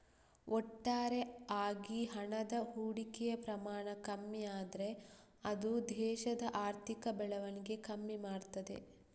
ಒಟ್ಟಾರೆ ಆಗಿ ಹಣದ ಹೂಡಿಕೆಯ ಪ್ರಮಾಣ ಕಮ್ಮಿ ಆದ್ರೆ ಅದು ದೇಶದ ಆರ್ಥಿಕ ಬೆಳವಣಿಗೆ ಕಮ್ಮಿ ಮಾಡ್ತದೆ